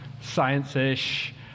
Science-ish